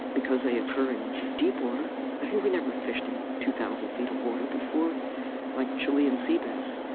because they occur in deep water we never fished in two thousand feet of water before like chilean sea bass,